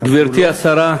גברתי השרה,